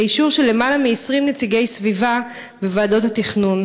לאישור של למעלה מ-20 נציגי סביבה בוועדות התכנון.